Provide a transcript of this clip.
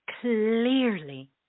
clearly